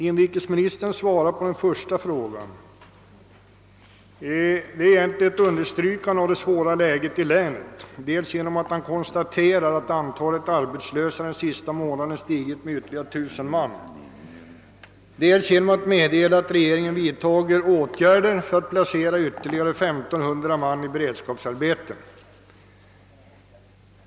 Inrikesministern svarar på den första frågan på ett sätt som egentligen är ett understrykande av det svåra läget i länet dels när han konstaterar att antalet arbetslösa under den senaste månaden har stigit med 1000 man, dels genom att meddela att regeringen vidtar åtgärder för att placera ytterligare 1500 man i beredskapsarbete.